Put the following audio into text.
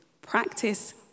Practice